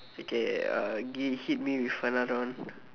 okay uh give hit me with another one